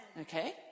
okay